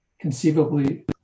conceivably